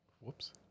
Whoops